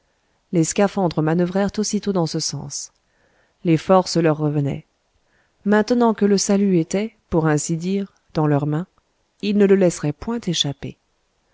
les scaphandres manoeuvrèrent aussitôt dans ce sens les forces leur revenaient maintenant que le salut était pour ainsi dire dans leurs mains ils ne le laisseraient point échapper